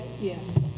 Yes